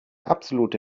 absolute